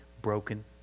broken